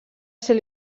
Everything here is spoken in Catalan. ser